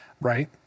right